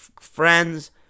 friends